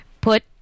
put